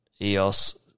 EOS